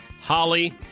Holly